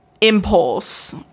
impulse